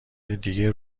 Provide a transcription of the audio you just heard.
دیگه